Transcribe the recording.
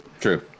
True